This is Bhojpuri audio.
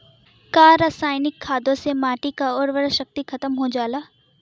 का रसायनिक खादों से माटी क उर्वरा शक्ति खतम हो जाला?